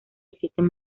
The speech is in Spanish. existen